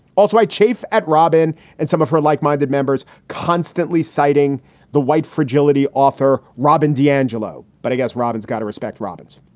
also, i chafe at robin and some of her like minded members, constantly citing the white fragility. author robin d'angelo. but i guess robin's got to respect robin's.